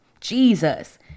Jesus